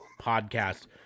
podcast